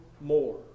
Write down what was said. more